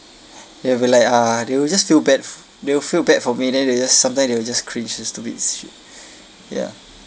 you ever like uh they will just feel bad f~ they will feel bad for me then they just sometime they will just cringe the stupid shit ya